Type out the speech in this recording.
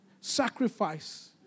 sacrifice